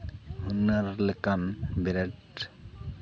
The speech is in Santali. ᱚᱱᱟ ᱞᱮᱠᱟᱢ ᱵᱮᱨᱮᱴ